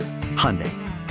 Hyundai